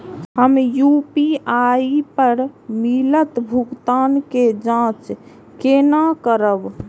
हम यू.पी.आई पर मिलल भुगतान के जाँच केना करब?